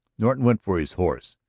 norton went for his horse,